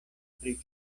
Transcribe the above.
pri